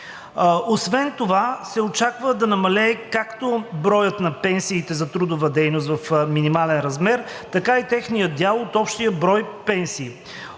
Освен това се очаква да намалее както броят на пенсиите за трудова дейност в минимален размер, така и техният дял от общия брой пенсии.